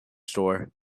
store